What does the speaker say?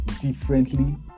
differently